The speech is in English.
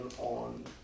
on